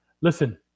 Listen